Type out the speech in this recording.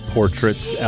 Portraits